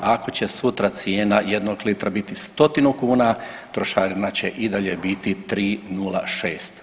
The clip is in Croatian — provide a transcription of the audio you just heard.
Ako će sutra cijena jednog litra biti stotinu kuna, trošarina će i dalje biti 3,06.